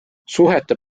suhete